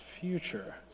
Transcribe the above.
future